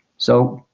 so